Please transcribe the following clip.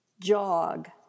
jog